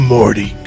Morty